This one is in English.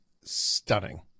stunning